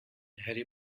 harry